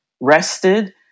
rested